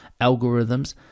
algorithms